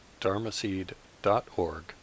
dharmaseed.org